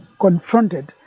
confronted